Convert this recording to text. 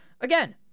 Again